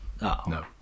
no